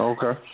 Okay